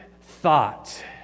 thought